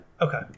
Okay